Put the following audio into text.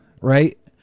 right